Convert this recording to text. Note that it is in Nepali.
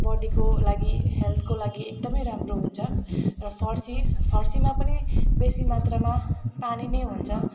बडीको लागि हेल्थको लागि एकदमै हुन्छ र फर्सी फर्सीमा पनि बेसी मात्रमा पानी नै हुन्छ